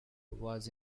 was